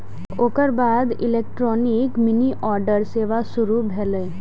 ओकर बाद electronic money order सेवा शुरू भेलै